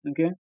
Okay